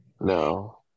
No